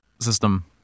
system